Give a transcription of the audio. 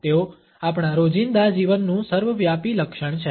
તેઓ આપણા રોજિંદા જીવનનું સર્વવ્યાપી લક્ષણ છે